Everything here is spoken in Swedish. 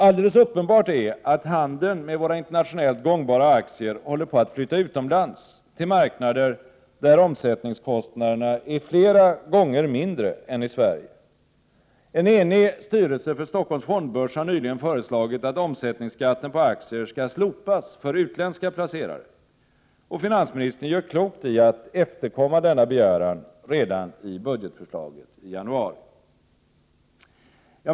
Alldeles uppenbart är att handeln med våra internationellt gångbara aktier håller på att flytta utomlands till marknader där omsättningskostnaderna är flera gånger mindre än i Sverige. En enig styrelse för Stockholms fondbörs har nyligen föreslagit att omsättningsskatten på aktier skall slopas för utländska placerare, och finansministern gör klokt i att efterkomma denna begäran redan i budgetförslaget i januari.